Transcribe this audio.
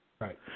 Right